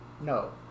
no